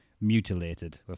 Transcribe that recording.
mutilated